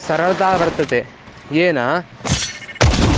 सरलता वर्तते येन